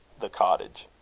the cottage.